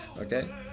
okay